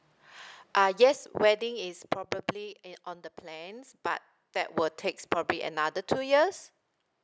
ah yes wedding is probably in on the plans but that will takes probably another two years